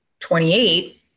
28